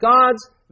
God's